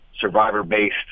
survivor-based